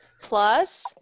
Plus